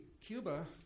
Cuba